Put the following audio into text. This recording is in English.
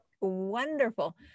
wonderful